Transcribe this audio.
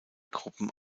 gruppen